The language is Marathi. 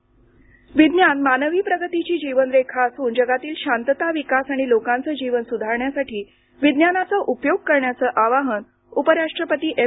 वेंकय्या नायड् विज्ञान मानवी प्रगतीची जीवनरेखा असून जगातील शांतता विकास आणि लोकांचे जीवन सुधारण्यासाठी विज्ञानाचा उपयोग करण्याचे आवाहन उपराष्ट्रपती एम